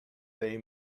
they